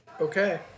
Okay